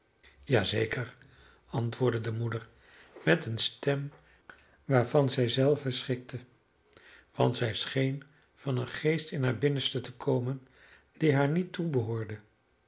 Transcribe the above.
zeker antwoordde de moeder met eene stem waarvan zij zelve schrikte want zij scheen van een geest in haar binnenste te komen die haar niet toebehoorde